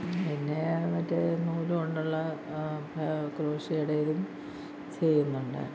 പിന്നെ മറ്റേ നൂൽ കൊണ്ടുള്ള ക്രോഷേയുടെ ഇതും ചെയ്യുന്നുണ്ട്